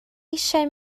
eisiau